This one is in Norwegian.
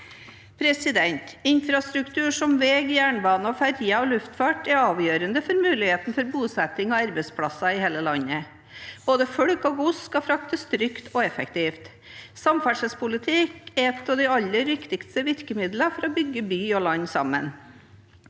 av 2025. Infrastruktur som vei, jernbane, ferjer og luftfart er avgjørende for muligheten for bosetting og arbeidsplasser i hele landet. Både folk og gods skal fraktes trygt og effektivt. Samferdselspolitikk er et av de aller viktigste virkemidlene for å bygge by og land sammen